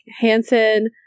Hansen